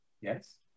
Yes